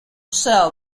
sell